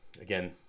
Again